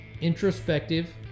introspective